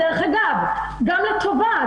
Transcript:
ודרך אגב גם לטובה,